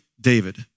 David